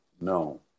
no